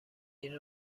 این